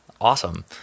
Awesome